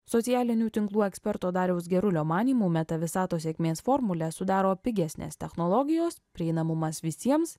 socialinių tinklų eksperto dariaus gerulio manymu meta visatos sėkmės formulę sudaro pigesnės technologijos prieinamumas visiems